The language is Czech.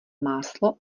máslo